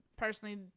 personally